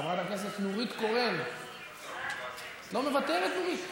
חברת הכנסת נורית קורן, את לא מוותרת, נורית?